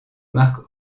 marque